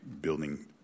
building